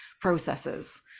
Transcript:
processes